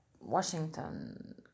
Washington